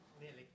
Nearly